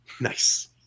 Nice